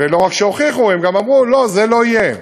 ולא רק שהוכיחו, הם גם אמרו: לא, זה לא יהיה.